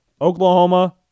Oklahoma